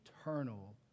eternal